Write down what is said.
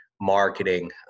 marketing